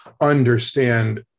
understand